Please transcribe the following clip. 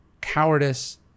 cowardice